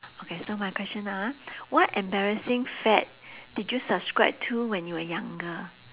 okay so my question ah what embarrassing fad did you subscribe to when you were younger